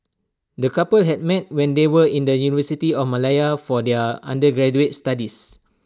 the couple had met when they were in the university of Malaya for their undergraduate studies